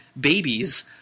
babies